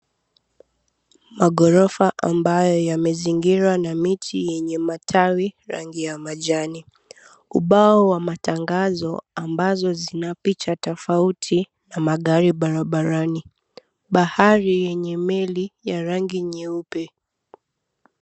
Maghorofa ambayo yamezingirwa na miti yenye matawi rangi ya majani. Ubao wa matangazo ambazo zina picha tofauti na magari barabarani. Bahari yenye meli ya rangi nyeupe.